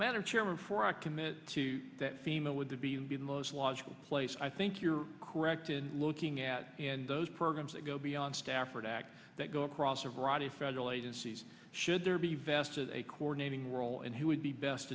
commit to that female would be would be the most logical place i think you're correct in looking at those programs that go beyond stafford act that go across a variety of federal agencies should there be vested a coordinating role and who would be best